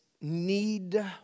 need